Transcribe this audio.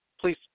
please